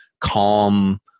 calm